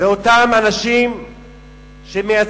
ואותם אנשים שמייצגים,